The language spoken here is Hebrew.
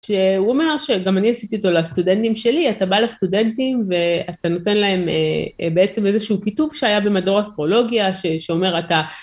שהוא אומר שגם אני עשיתי אותו לסטודנטים שלי, אתה בא לסטודנטים ואתה נותן להם בעצם איזשהו כיתוב שהיה במדור אסטרולוגיה שאומר אתה